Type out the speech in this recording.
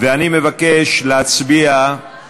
ואני מבקש להצביע על